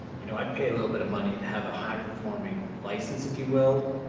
you know, i'd pay a little bit of money to have a high performing license if you will,